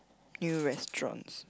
new restaurants